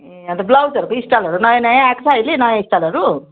ए अन्त बलाउजहरूको स्टाइलहरू नयाँ नयाँ आएको छ अहिले नयाँ स्टाइलहरू